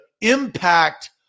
impact